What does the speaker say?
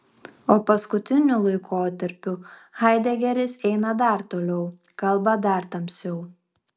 o paskutiniu laikotarpiu haidegeris eina dar toliau kalba dar tamsiau